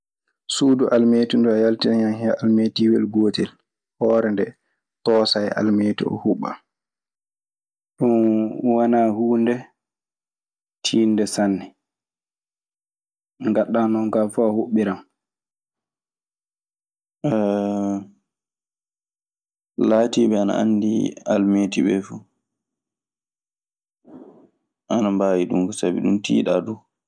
Suudu almeeti nduu a yaltinan hen almeetiiwel gootel, hoore nde toosa e almeeti oo huɓɓa. Ɗun wanaa huunde tiiɗnde sanne. Nde ngaɗɗaa non kaa fuu a huɓɓiran. Laatiiɓe ana anndi almeeti ɓee fu, ana mbaawi ɗun, sabi ɗun tiiɗaa du.